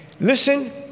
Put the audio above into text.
listen